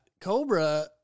Cobra